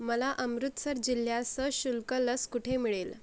मला अमृतसर जिल्ह्यात सशुल्क लस कुठे मिळेल